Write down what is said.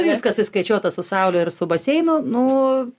viskas įskaičiuota su saule ir su baseinu nu